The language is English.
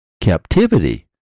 captivity